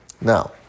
Now